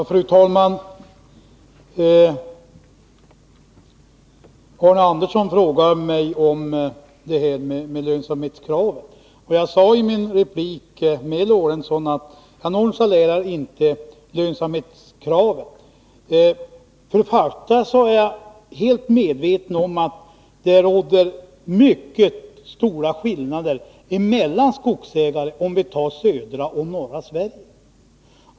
Fru talman! Arne Andersson i Ljung frågade mig om lönsamhetskravet. Jag sade i mitt replikskifte med Sven Eric Lorentzon att jag inte nonchalerar lönsamhetskravet. För det första är jag helt medveten om att det råder mycket stora skillnader mellan skogsägare i södra och i norra Sverige.